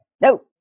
No